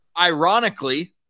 Ironically